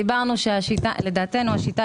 דיברנו על כך שלדעתנו,